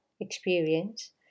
experience